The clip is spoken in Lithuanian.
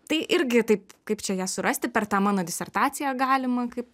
tai irgi taip kaip čia ją surasti per tą mano disertaciją galima kaip